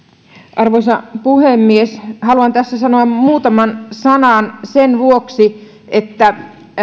arvoisa puhemies haluan tässä sanoa muutaman sanan sen vuoksi että